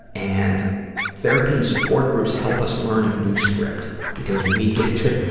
and therapy and support groups help us learn a new script, because we get to,